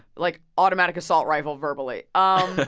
like automatic assault rifle verbally. oh,